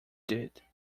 did